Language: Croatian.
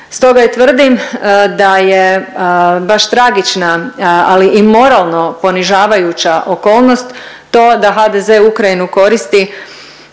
Stoga i tvrdim da je baš tragična, ali moralno ponižavajuća okolnost to da HDZ Ukrajinu koristi